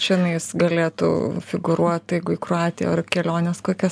čia nu jis galėtų figūruot jeigu į kroatiją ar kelionės kokias